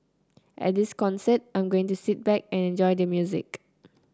at the concert I'm going to sit back and enjoy the music